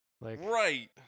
Right